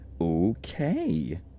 Okay